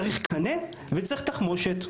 צריך קנה וצריך תחמושת.